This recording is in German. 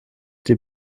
die